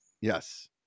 Yes